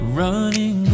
running